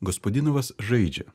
gospadinovas žaidžia